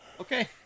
Okay